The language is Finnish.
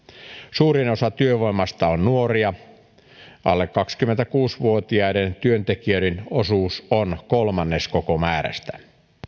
suurin osa työvoimasta on nuoria alle kaksikymmentäkuusi vuotiaiden työntekijöiden osuus on kolmannes koko määrästä